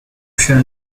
shall